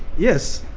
yes.